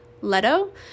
Leto